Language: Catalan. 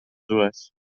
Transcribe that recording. dues